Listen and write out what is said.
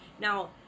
Now